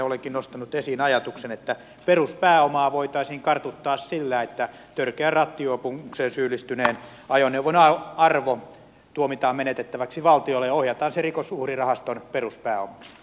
olenkin nostanut esiin ajatuksen että peruspääomaa voitaisiin kartuttaa sillä että törkeään rattijuopumukseen syyllistyneen ajoneuvon arvo tuomitaan menetettäväksi valtiolle ja ohjataan rikosuhrirahaston peruspääomaksi